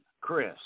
Chris